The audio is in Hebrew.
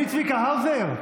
אני צביקה האוזר?